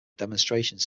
demonstrations